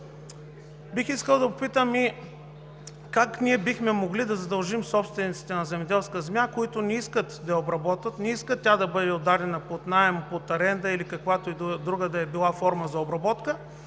Бих искал да попитам: как ние бихме могли да задължим собствениците на земеделска земя, които не искат да я обработват, не искат тя да бъде отдадена под наем, под аренда или каквато и да било друга форма за обработка,